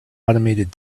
automated